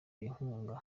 inkunga